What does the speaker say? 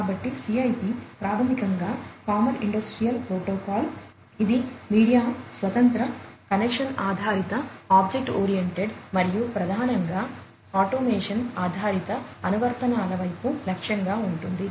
కాబట్టి CIP ప్రాథమికంగా common industrial protocol ఇది మీడియా స్వతంత్ర కనెక్షన్ ఆధారిత ఆబ్జెక్ట్ ఓరియెంటెడ్ మరియు ప్రధానంగా ఆటోమేషన్ ఆధారిత అనువర్తనాల వైపు లక్ష్యంగా ఉంటుంది